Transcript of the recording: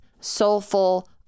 soulful